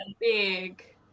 big